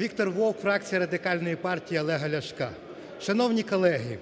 Віктор Вовк, фракція Радикальної партії Олега Ляшка. Шановні колеги,